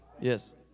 Yes